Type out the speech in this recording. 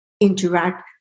interact